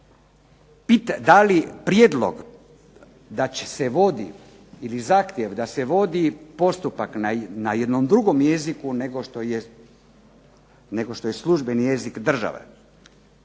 da li prijedlog da će se vodi ili zahtjev da se vodi postupak na jednom drugom jeziku nego što je službeni jezik države,